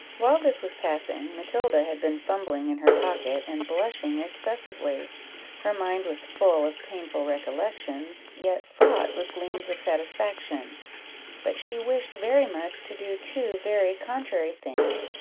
while this was passing, matilda had been fumbling in her pocket, and blushing excessively her mind was full of painful recollections, yet fraught with gleams of satisfaction but she wished very much to do two very contrary things,